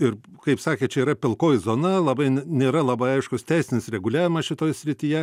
ir kaip sakėt čia yra pilkoji zona labai nėra labai aiškus teisinis reguliavimas šitoj srityje